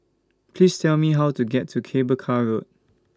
Please Tell Me How to get to Cable Car Road